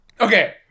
Okay